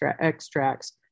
extracts